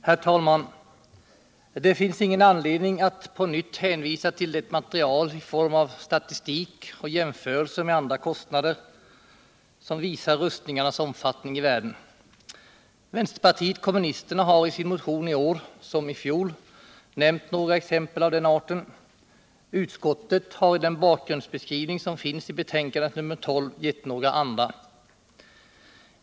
Herr talman! Det finns ingen anledning att på nytt hänvisa till material i form av statisuk och jämförelser med andra kostnader som visar rustningarnas omfattning i världen. Vänsterpartiet kommunisterna har i sin motion i år liksom i Hol nämnt några exempel av den arten. Utskottet har i den bakgrundsbeskrivning som finns i betänkandet 12 gett några andra.